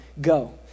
go